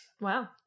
wow